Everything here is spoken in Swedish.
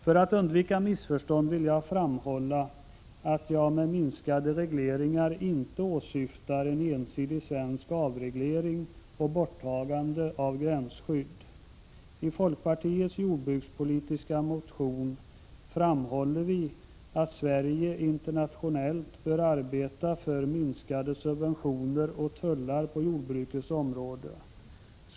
För att undvika missförstånd vill jag framhålla att jag med minskade regleringar inte åsyftar en ensidig svensk avreglering och ett borttagande av gränsskydd. I folkpartiets jordbrukspolitiska motion framhåller vi att Sverige internationellt bör arbeta för minskade subventioner och tullar på jordbrukets område.